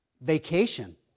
vacation